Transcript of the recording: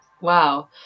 Wow